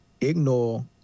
Ignore